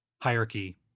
hierarchy